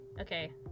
Okay